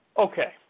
Okay